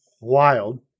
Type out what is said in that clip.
wild